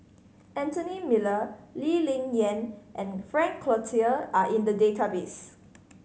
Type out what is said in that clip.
Anthony Miller Lee Ling Yen and Frank Cloutier are in the database